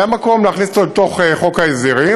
היה מקום להכניס אותו לתוך חוק ההסדרים,